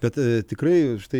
bet tikrai štai